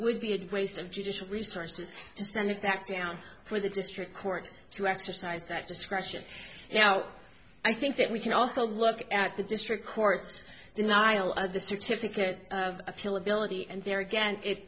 would be a waste of judicial resources to send it back down for the district court to exercise that discretion now i think that we can also look at the district court's denial of the certificate of appeal ability and there again it